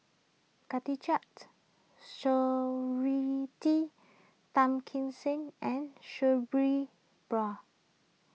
Khatijah Surattee Tan Kim Seng and Sabri Bra